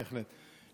בהחלט.